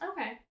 Okay